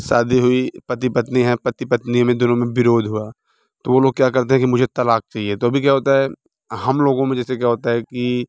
शादी हुई पति पत्नि हैं पति पत्नि में दोनों में विरोध हुआ तो वो लोग क्या करते हैं कि मुझे तलाक़ चाहिए तो अभी क्या होता है हम लोगों में जैसे क्या होता है कि